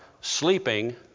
sleeping